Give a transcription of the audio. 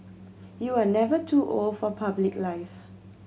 you are never too old for public life